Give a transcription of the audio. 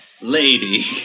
lady